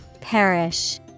Perish